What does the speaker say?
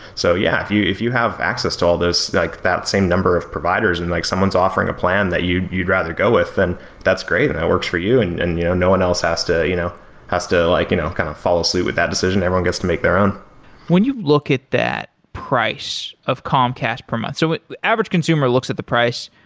so yeah, if you if you have access to all those, like that same number of providers and like someone's offering a plan that you'd you'd rather go with, then that's great, and it works for you and and you know no one else has to you know has to like you know kind of fall asleep with that decision. everyone gets to make their own when you look at that price of comcast per month, so average consumer looks at the price,